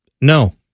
No